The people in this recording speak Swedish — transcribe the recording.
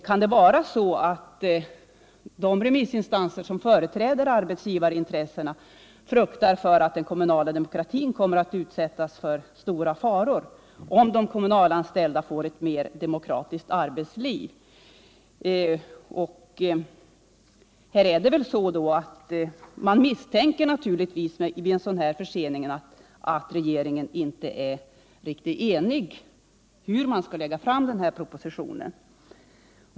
Kan det vara så att de remissinstanser som företräder arbetsgivarintressena fruktar för att den kommunala demokratin kommer att utsättas för stora faror om de kommunalanställda får ett mer demokratiskt arbetsliv? Vid en sådan här försening misstänker man att regeringen inte är riktigt enig om hur den skall göra med denna proposition.